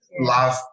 love